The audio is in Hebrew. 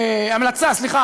סליחה,